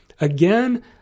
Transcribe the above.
again